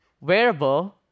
wearable